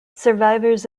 survivors